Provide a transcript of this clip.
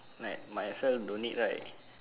like might as well don't need right